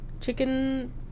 chicken